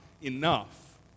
enough